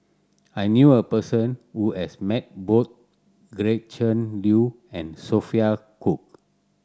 I knew a person who has met both Gretchen Liu and Sophia Cooke